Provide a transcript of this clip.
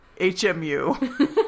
HMU